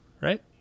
Right